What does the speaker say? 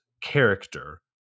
character